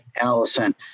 Allison